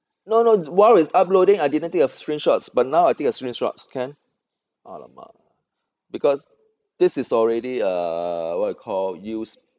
no no while it's uploading I didn't take a screenshot but now I take a screenshot can !alamak! because this is already uh what you call used